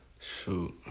Shoot